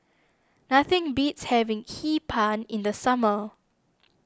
nothing beats having Hee Pan in the summer